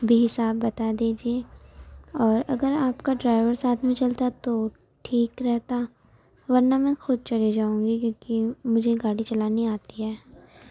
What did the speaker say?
بھی حساب بتا دیجیے اور اگر آپ کا ڈرائیور ساتھ میں چلتا تو ٹھیک رہتا ورنہ میں خود چلی جاؤں گی کیونکہ مجھے گاڑی چلانی آتی ہے